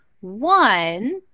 One